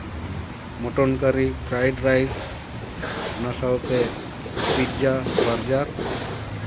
mutton curry fried rice ᱚᱱᱟ ᱥᱟᱶᱛᱮ pizza ᱵᱨᱟᱡᱟᱨ